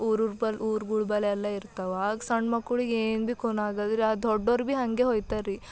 ಊರೂರು ಬಲ್ಲಿ ಊರ್ಗಳ ಬಲ್ಲಿ ಎಲ್ಲ ಇರ್ತಾವೆ ಆಗ ಸಣ್ಣ ಮಕ್ಳಿಗೇನು ಭೀ ಖುನಾಗದುರಿ ಆ ದೊಡ್ಡವ್ರು ಭೀ ಹಂಗೆ ಹೋಗ್ತಾರ್ರೀ